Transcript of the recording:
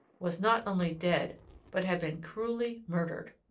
was not only dead but had been cruelly murdered.